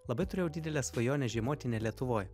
labai turėjau didelę svajonę žiemoti ne lietuvoj